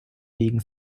wegen